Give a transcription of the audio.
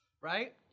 right